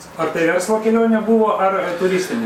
ar tai verslo kelionė buvo turistinė